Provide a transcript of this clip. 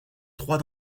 trois